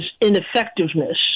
ineffectiveness